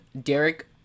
Derek